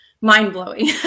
mind-blowing